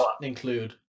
include